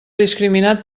discriminat